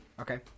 Okay